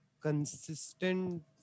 consistent